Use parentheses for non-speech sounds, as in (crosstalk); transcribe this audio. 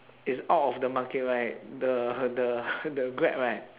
is out of the market right the the (noise) the grab right